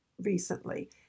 recently